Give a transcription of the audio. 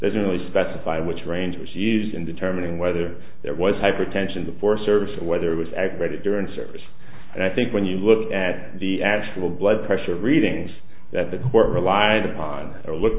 no specify which range was used in determining whether that was hypertension the forest service or whether it was aggravated during the service and i think when you look at the actual blood pressure readings that the court relied upon or look